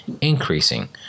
increasing